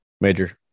major